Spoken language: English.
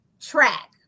track